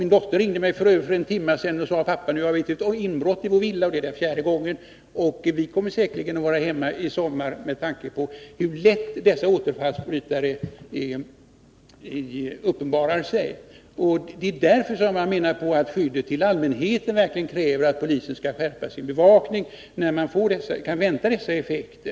Min dotter ringde mig f. ö. för en timme sedan och sade att det hade varit ett inbrott i vår villa. Det är fjärde gången. Vi kommer säkerligen att stanna hemma i sommar med tanke på att det är så lätt hänt att dessa återfallsförbrytare uppenbarar sig. Jag tycker att skyddet för allmänheten verkligen kräver att polisen skärper sin bevakning, när nu dessa effekter kan väntas uppstå.